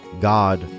God